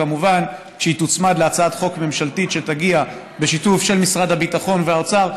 כמובן שהיא תוצמד להצעת חוק ממשלתית שתגיע בשיתוף משרד הביטחון והאוצר,